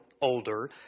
older